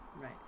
Right